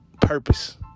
purpose